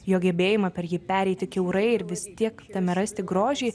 jo gebėjimą per jį pereiti kiaurai ir visi tiek tame rasti grožį